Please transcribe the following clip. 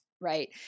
Right